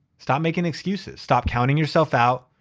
stop making excuses. stop counting yourself out,